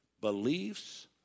beliefs